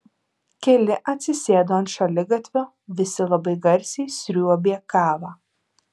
keli atsisėdo ant šaligatvio visi labai garsiai sriuobė kavą